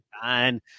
fine